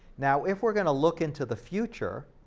now if we're gonna look into the future,